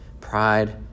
pride